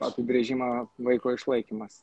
apibrėžimą vaiko išlaikymas